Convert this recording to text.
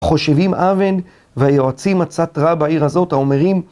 חושבים אבן והיועצים מצאת רע בעיר הזאת האומרים